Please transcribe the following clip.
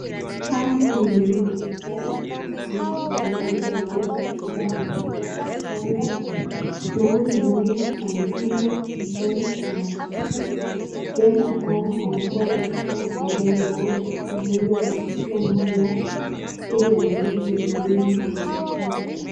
Haya ni maeneo ya hospitali, na tunaona kuna mgonjwa mmoja, ambaye amelazwa kwa kitanda, na huyu mgonjwa amefungwa mkono na kichwa, huenda alikuwa katika ajali moja, na kwa hivyo akafikishwa mahali hapa, ili aweze kuhudumiwa na madaktari.